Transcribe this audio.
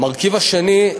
המרכיב השני,